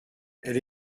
elle